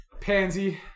pansy